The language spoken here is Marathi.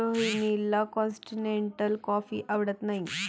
रोहिणीला कॉन्टिनेन्टल कॉफी आवडत नाही